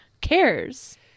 cares